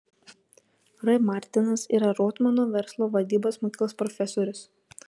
r martinas yra rotmano verslo vadybos mokyklos profesorius